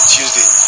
Tuesday